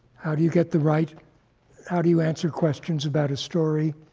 how do you get the right how do you answer questions about a story?